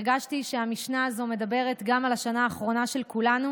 הרגשתי שהמשנה הזו מדברת גם על השנה האחרונה של כולנו,